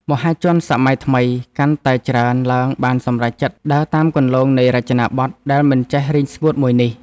មហាជនសម័យថ្មីកាន់តែច្រើនឡើងបានសម្រេចចិត្តដើរតាមគន្លងនៃរចនាប័ទ្មដែលមិនចេះរីងស្ងួតមួយនេះ។